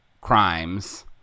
Crimes